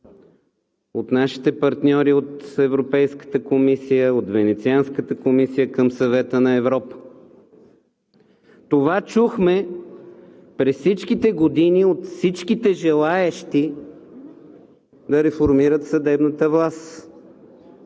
от нашите партньори от Европейската комисия, от Венецианската комисия към Съвета на Европа. Това чухме през всичките години от всичките желаещи да реформират съдебната власт,